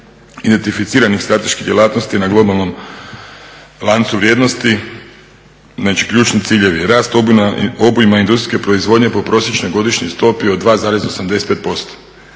identificiranih strateških djelatnosti na globalnom lancu vrijednost. Znači ključni ciljevi rast obujma industrijske proizvodnje po prosječnoj godišnjoj stopi od 2, 85%.